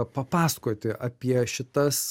papasakoti apie šitas